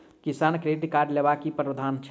किसान credit card लेबाक की प्रावधान छै?